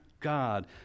god